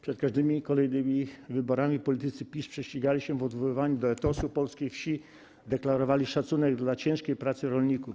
Przed każdymi kolejnymi wyborami politycy PiS prześcigali się w odwoływaniu do etosu polskiej wsi, deklarowali szacunek dla ciężkiej pracy rolników.